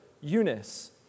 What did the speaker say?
Eunice